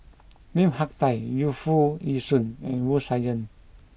Lim Hak Tai Yu Foo Yee Shoon and Wu Tsai Yen